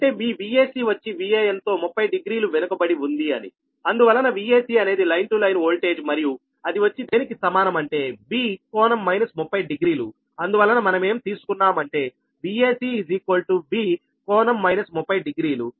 అంటే మీ Vac వచ్చి Van తో 30 డిగ్రీలు వెనుకబడి ఉంది అని అందువలన Vac అనేది లైన్ టు లైన్ వోల్టేజ్ మరియు అది వచ్చి దేనికి సమానం అంటే V∟ 30 అందువలన మనమేం తీసుకున్నాము అంటే Vac V∟ 30 డిగ్రీలు